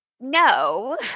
no